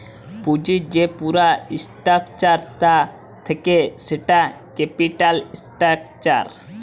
পুঁজির যে পুরা স্ট্রাকচার তা থাক্যে সেটা ক্যাপিটাল স্ট্রাকচার